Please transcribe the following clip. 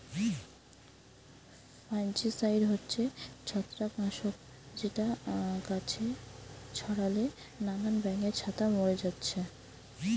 fungicide হচ্ছে ছত্রাক নাশক যেটা গাছে ছোড়ালে নানান ব্যাঙের ছাতা মোরে যাচ্ছে